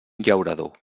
llaurador